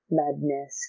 madness